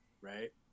right